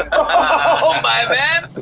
oh, my man!